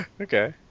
Okay